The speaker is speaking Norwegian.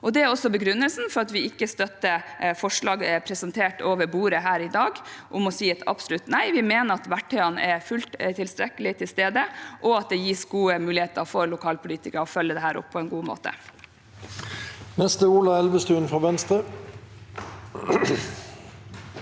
Det er også begrunnelsen for at vi ikke støtter forslag presentert over bordet her i dag om å si et absolutt nei. Vi mener at verktøyene er fullt og tilstrekkelig til stede, og at det gis gode muligheter for lokalpolitikere til å følge dette opp på en god måte. Ola Elvestuen (V)